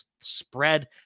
spread